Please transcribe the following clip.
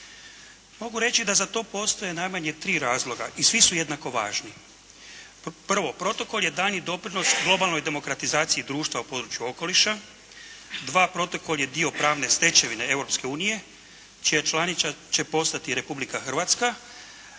Mogu reći da za to postoje najmanje tri razloga i svi su jednako važni. Prvo, Protokol je daljnji doprinos globalnoj demokratizaciji društva u području okoliša. Dva, Protokol je dio pravne stečevine Europske unije čija članica će postati Republika Hrvatska.